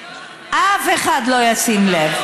לא, אנחנו, אף אחד לא ישים לב.